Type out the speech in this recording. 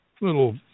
little